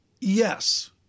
Yes